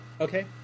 Okay